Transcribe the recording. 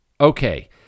okay